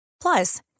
Plus